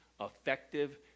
effective